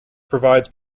provides